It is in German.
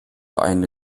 eine